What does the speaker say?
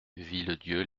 villedieu